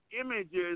Images